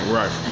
right